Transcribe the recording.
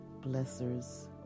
blessers